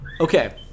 Okay